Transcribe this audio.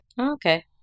Okay